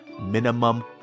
minimum